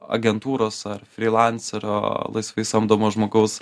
agentūros ar frilanserio laisvai samdomo žmogaus